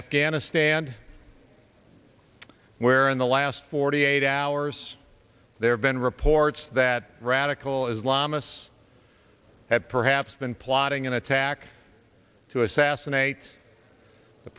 afghanistan where in the last forty eight hours there have been reports that radical islamists have perhaps been plotting an attack to assassinate the